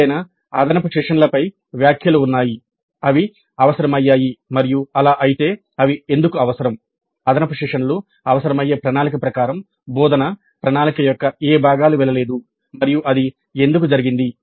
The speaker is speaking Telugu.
ఏదైనా అదనపు సెషన్లపై వ్యాఖ్యలు ఉన్నాయి అవి అవసరమయ్యాయి మరియు అలా అయితే అవి ఎందుకు అవసరం అదనపు సెషన్లు అవసరమయ్యే ప్రణాళిక ప్రకారం బోధనా ప్రణాళిక యొక్క ఏ భాగాలు వెళ్ళలేదు మరియు అది ఎందుకు జరిగింది